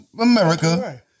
America